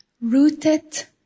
rooted